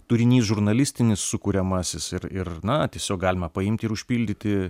turinys žurnalistinis sukuriamasis ir ir na tiesiog galima paimt ir užpildyti